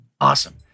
Awesome